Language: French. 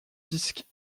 disques